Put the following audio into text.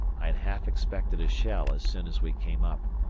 i had half expected a shell as soon as we came up,